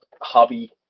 hobby